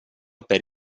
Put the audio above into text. per